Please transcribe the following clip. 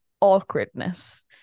awkwardness